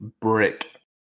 brick